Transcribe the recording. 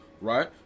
right